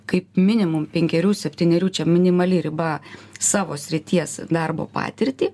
kaip minimum penkierių septynerių čia minimali riba savo srities darbo patirtį